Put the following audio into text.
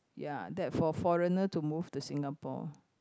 ya that for foreigner to move to Singapore